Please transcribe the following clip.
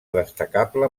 destacable